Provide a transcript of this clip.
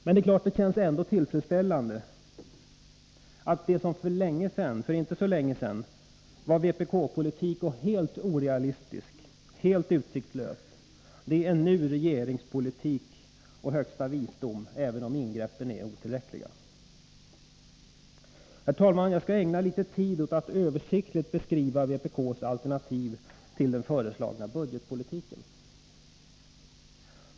Men naturligtvis känns det ändå tillfredsställande att det som inte för så länge sedan var vpk-politik och bedömdes som helt orealistiskt och utsiktslöst nu är regeringspolitik och högsta visdom, även om ingreppen är otillräckliga. Herr talman! Jag skall ägna litet tid åt att översiktligt beskriva vpk:s alternativ till den föreslagna budgetpolitiken.